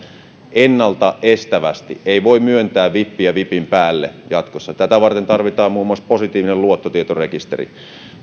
ennalta estävästi ei voi myöntää vippiä vipin päälle jatkossa tätä varten tarvitaan muun muassa positiivinen luottotietorekisteri